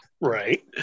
Right